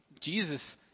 Jesus